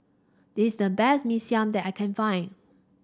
this is the best Mee Siam that I can find